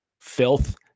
filth